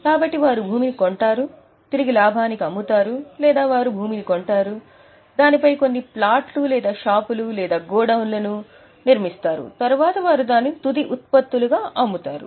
కాబట్టి వారు భూమిని కొంటారు తిరిగి లాభానికి అమ్ముతారు లేదా వారు భూమిని కొంటారు దానిపై కొన్ని ఫ్లాట్లు లేదా షాపులు లేదా గోడౌన్లను నిర్మిస్తారు తరువాత వారు దానిని తుది ఉత్పత్తులుగా అమ్ముతారు